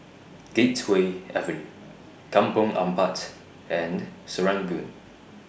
Gateway Avenue Kampong Ampat and Serangoon